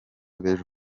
b’ejo